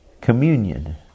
Communion